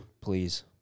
Please